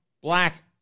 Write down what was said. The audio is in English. black